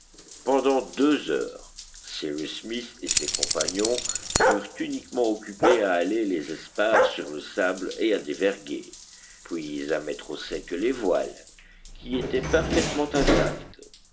pendant deux heures cyrus smith et ses compagnons furent uniquement occupés à haler les espars sur le sable et à déverguer puis à mettre au sec les voiles qui étaient parfaitement intactes